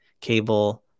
cable